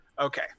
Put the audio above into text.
Okay